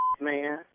man